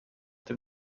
dem